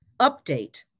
Update